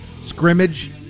Scrimmage